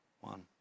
one